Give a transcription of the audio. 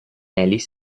ellis